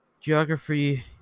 geography